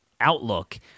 outlook